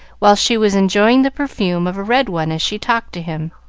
while she was enjoying the perfume of a red one as she talked to him.